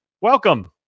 welcome